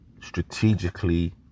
Strategically